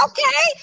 Okay